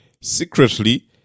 secretly